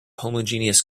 homogeneous